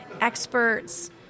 experts